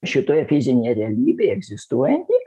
šitoje fizinėje realybėje egzistuojantį